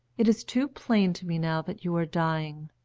it is too plain to me now that you are dying.